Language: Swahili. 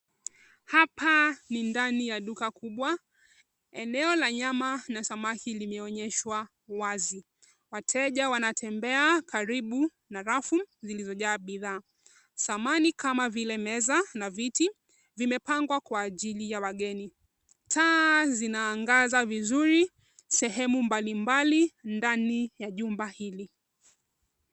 Hapa ni ndani ya duka kubwa. Eneo la nyama na samaki limeonyeshwa wazi. Wateja wanatembea karibu na rafu zilizojaa bidhaa. Samani kama vile meza na viti vimepangwa kwa ajili ya wageni. Taa zinaangaza vizuri sehemu mbalimbali ndani ya jumba hili.